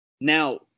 Now